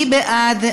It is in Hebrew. מי בעד?